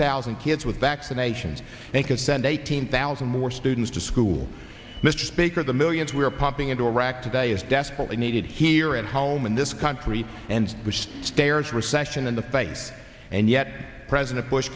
thousand kids with vaccinations they could send eighteen thousand more students to school mr speaker the millions we are pumping into iraq today is desperately needed here at home in this country and wish stares recession in the face and yet president bush